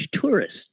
tourists